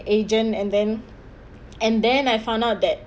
agent and then and then I found out that